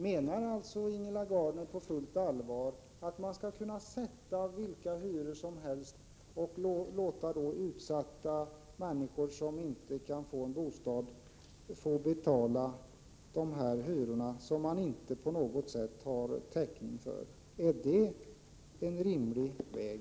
Menar alltså Ingela Gardner på fullt allvar att man skall kunna sätta vilka hyror som helst och låta utsatta människor som inte kan få en bostad betala hyror som man inte på något sätt har täckning för? Är det en rimlig väg?